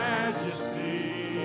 Majesty